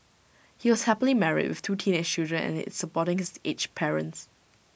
he was happily married with two teenage children and he is supporting his aged parents